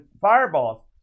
fireballs